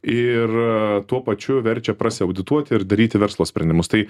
ir tuo pačiu verčia prasiaudituoti ir daryti verslo sprendimus tai